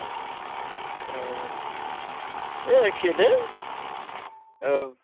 औ ओ एखेलै ओं